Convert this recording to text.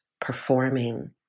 performing